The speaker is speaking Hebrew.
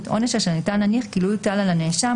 - עונש אשר ניתן להניח כי לו יוטל על הנאשם,